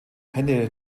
henne